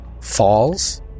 falls